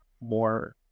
more